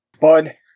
Bud